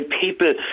people